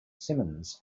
simmons